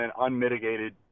unmitigated